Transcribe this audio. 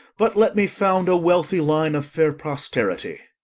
but let me found a wealthy line of fair posterity!